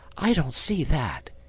i don't see that.